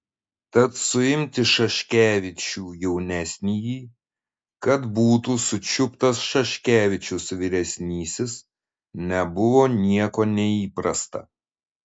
tad suimti šuškevičių jaunesnįjį kad būtų sučiuptas šuškevičius vyresnysis nebuvo nieko neįprasta